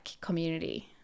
community